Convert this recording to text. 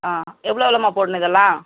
ஆ எவ்வளோலாம்மா போடணும் இதெல்லாம்